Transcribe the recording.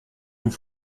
vous